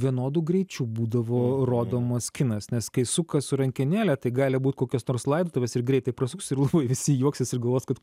vienodu greičiu būdavo rodomas kinas nes kai suka su rankenėle tai gali būt kokios nors laidotuvės ir greitai prasuks ir labai visi juoksis ir galvos kad